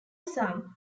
some